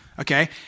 okay